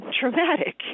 traumatic